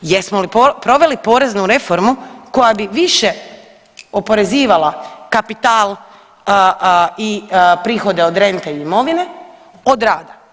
Jesmo li proveli poreznu reformu koja bi više oporezivala kapital i prihode od rente i imovine od rada?